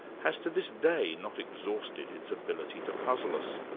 has to this day not exhausted its ability to puzzle us.